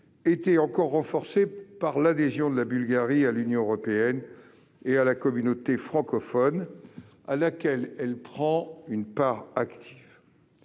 été encore renforcés par l'adhésion de la Bulgarie à l'Union européenne et à la communauté francophone, dans laquelle elle prend une part active.